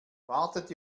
wartet